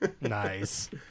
Nice